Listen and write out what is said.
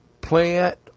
plant